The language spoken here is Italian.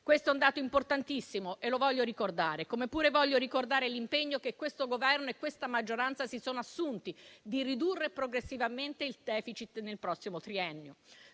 Questo è un dato importantissimo e lo voglio ricordare, come pure voglio ricordare l'impegno che questo Governo e questa maggioranza si sono assunti, ossia ridurre progressivamente il *deficit* nel prossimo triennio.